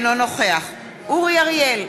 אינו נוכח אורי אריאל,